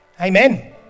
Amen